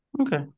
Okay